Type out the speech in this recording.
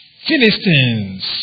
Philistines